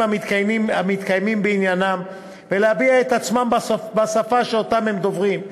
המתקיימים בעניינם ולהביע את עצמם בשפה שהם דוברים,